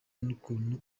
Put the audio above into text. n’ukuntu